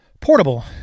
Portable